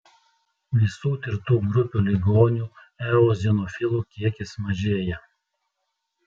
visų tirtų grupių ligonių eozinofilų kiekis mažėja